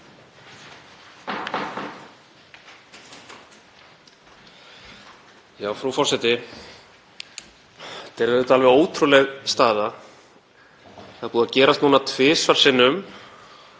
Frú forseti. Þetta er auðvitað alveg ótrúleg staða. Það er búið að gerast núna tvisvar sinnum